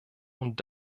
und